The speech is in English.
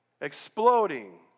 exploding